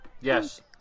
yes